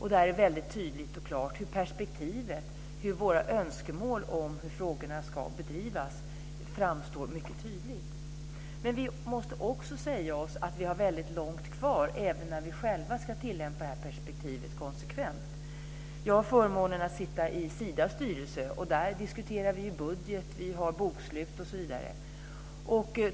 När det gäller perspektivet framgår våra önskemål om hur arbetet med frågorna ska bedrivas mycket klart och tydligt. Men vi måste också säga oss att vi har väldigt långt kvar även när vi själva ska tillämpa detta perspektiv konsekvent. Jag har förmånen att sitta i Sidas styrelse. Där diskuterar vi budget, vi har bokslut, osv.